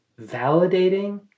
validating